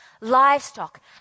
livestock